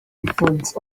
influence